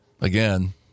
again